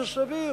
זה סביר